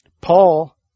Paul